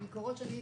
ממקורות שלי,